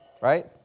right